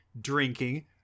drinking